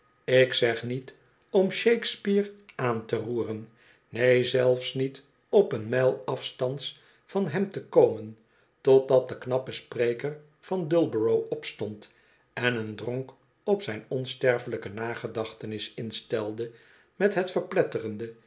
ik zeg niet om shakespeare aan te roeren neen zelfs niet op een mijl afstands van hem te komen totdat de knappe spreker van d uilhor ough opstond en een dronk op zijn onsterfelijke nagedachtenis instelde met het verpletterende